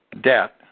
debt